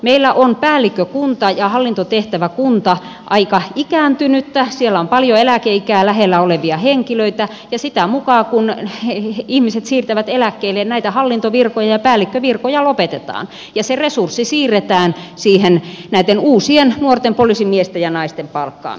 meillä on päällikkökunta ja hallintohenkilökunta aika ikääntynyttä siellä on paljon eläkeikää lähellä olevia henkilöitä ja sitä mukaa kuin ihmiset siirtyvät eläkkeelle näitä hallintovirkoja ja päällikkövirkoja lopetetaan ja se resurssi siirretään näitten uusien nuorten poliisimiesten ja naisten palkkaamiseen